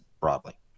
broadly